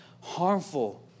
harmful